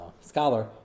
scholar